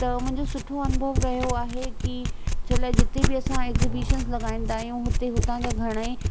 त मुंहिंजो सुठो अनुभव रहियो आहे कि छो लाइ जिते बि असां एग्ज़िबिशन्स लॻाईंदा आहियूं हुते हुतां जा घणेई